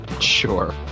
sure